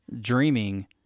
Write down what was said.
dreaming